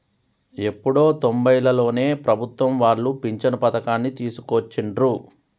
ఎప్పుడో తొంబైలలోనే ప్రభుత్వం వాళ్ళు పించను పథకాన్ని తీసుకొచ్చిండ్రు